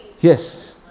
Yes